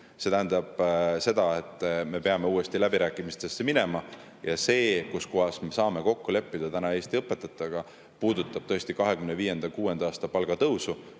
See tähendab seda, et me peame uuesti läbirääkimistesse minema. See, milles me saame kokku leppida Eesti õpetajatega, puudutab tõesti 2025. ja 2026. aasta palgatõusu,